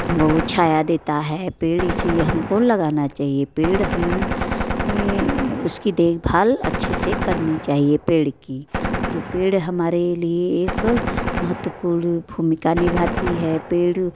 वो छाया देता है पेड़ इसलिए हमको लगाना चाहिए पेड़ हम उसकी देखभाल अच्छे से करनी चाहिए पेड़ की जो पेड़ हमारे लिए एक महत्वपूर्ण भूमिका निभाती है पेड़